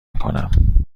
میکنم